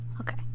Okay